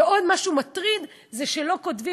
ועוד משהו מטריד זה שלא כותבים,